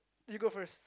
you go first